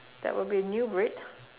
that would be a new breed